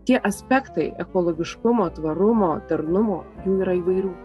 tie aspektai ekologiškumo tvarumo darnumo jų yra įvairių